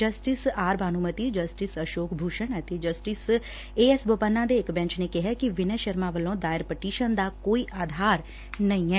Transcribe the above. justice R Bhanumathi justice Ashok Bhushan ਅਤੇ justice A S Bopanna ਦੇ ਇਕ ਬੈਚ ਨੇ ਕਿਹੈ ਕਿ ਵਿਨੈ ਸ਼ਰਮਾ ਵਲੋਂ ਦਾਇਰ ਪਟੀਸ਼ਨ ਦਾ ਕੋਈ ਆਧਾਰ ਨਹੀਂ ਐ